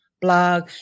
blog